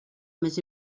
més